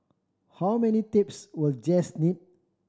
how many tapes will Jess need